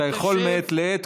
אתה יכול מעת לעת,